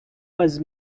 was